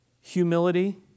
humility